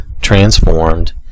transformed